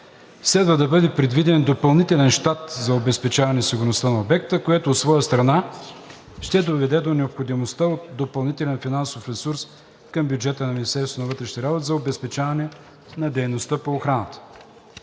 следва да бъде предвиден допълнителен щат за обезпечаване сигурността на обекта, което от своя страна ще доведе до необходимостта от допълнителен финансов ресурс към бюджета на Министерството на вътрешните работи за обезпечаване на дейността по охраната.